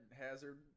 hazard